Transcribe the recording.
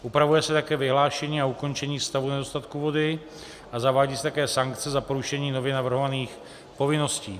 Upravuje se také vyhlášení a ukončení stavu nedostatku vody a zavádí se také sankce za porušení nově navrhovaných povinností.